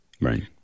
Right